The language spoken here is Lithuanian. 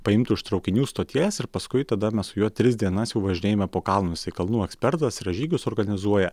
paimtų iš traukinių stoties ir paskui tada mes su juo tris dienas važinėjome po kalnus jisai kalnų ekspertas yra žygius organizuoja